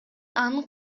анын